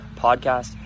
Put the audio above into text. podcast